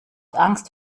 angst